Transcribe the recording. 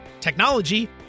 technology